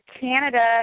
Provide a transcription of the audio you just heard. Canada